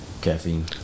Caffeine